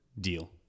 deal